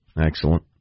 Excellent